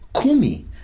kumi